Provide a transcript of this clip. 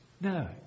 No